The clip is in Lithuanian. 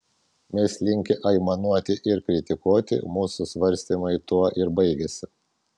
mes linkę aimanuoti ir kritikuoti mūsų svarstymai tuo ir baigiasi